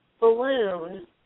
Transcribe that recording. Balloon